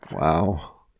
Wow